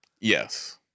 Yes